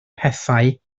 pethau